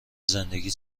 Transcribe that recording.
زندگی